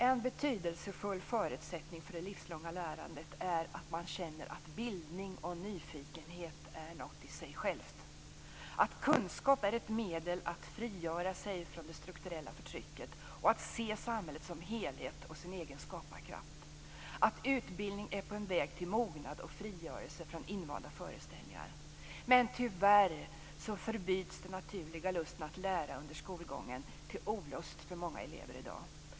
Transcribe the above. En betydelsefull förutsättning för det livslånga lärandet är att man känner att bildning och nyfikenhet är något i sig självt, att kunskap är ett medel för att frigöra sig från det strukturella förtrycket, för att se samhället som helhet och sin egen skaparkraft. Utbildning är en väg till mognad och frigörelse från invanda föreställningar. Men tyvärr förbyts den naturliga lusten att lära under skolgången för många elever i olust.